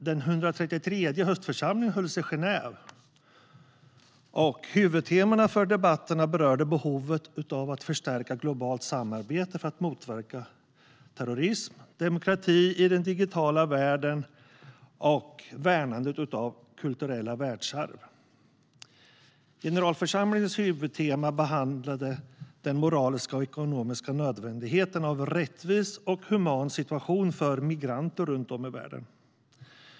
Den 133:e höstförsamlingen hölls i Genève. Huvudteman för debatterna var bland annat behovet av att förstärka globalt samarbete för att motverka terrorism. Andra huvudteman var demokrati i den digitala världen och värnandet av kulturella världsarv. Generalförsamlingens huvudtema handlade om den moraliska och ekonomiska nödvändigheten av en rättvis och human situation för migranter runt om i världen.